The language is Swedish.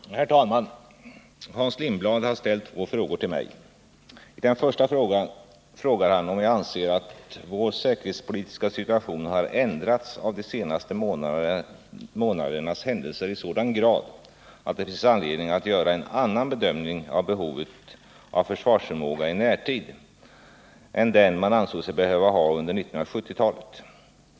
192, och anförde: Herr talman! Hans Lindblad har ställt två frågor till mig. I den första frågar han om jag anser att vår säkerhetspolitiska situation har ändrats av de senaste månadernas händelser i sådan grad att det finns anledning att göra en annan bedömning av behovet av försvarsförmåga i närtid än den man ansåg sig behöva ha under 1970-talet.